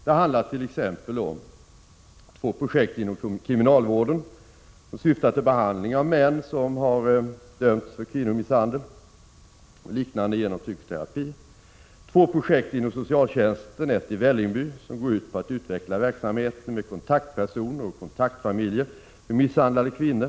| Det handlar t.ex. om två projekt inom kriminalvården som syftar till | behandling med psykoterapi av män som har dömts för kvinnomisshandel | Två projekt inom socialtjänsten — ett i Vällingby — går ut på att utveckla | verksamheten med kontaktpersoner och kontaktfamiljer för misshandlade kvinnor.